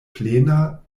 plena